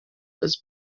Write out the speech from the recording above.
has